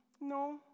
no